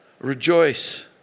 Rejoice